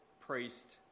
priest